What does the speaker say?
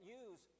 use